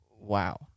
Wow